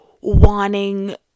wanting